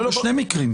יש שני מקרים.